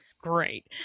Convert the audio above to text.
Great